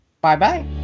bye-bye